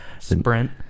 Sprint